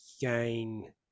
gain